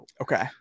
Okay